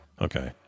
Okay